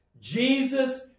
Jesus